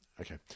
Okay